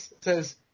says